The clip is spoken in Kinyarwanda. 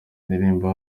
ndirimbira